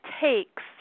takes